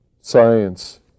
science